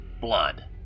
blood